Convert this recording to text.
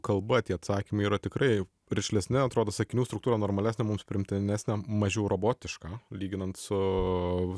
kalba tie atsakymai yra tikrai rišlesni atrodo sakinių struktūra normalesnė mums priimtinesnė mažiau robotiška lyginant su